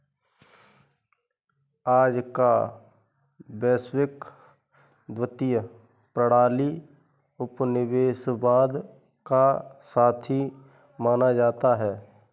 आज का वैश्विक वित्तीय प्रणाली उपनिवेशवाद का साथी माना जाता है